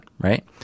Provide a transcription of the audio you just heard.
right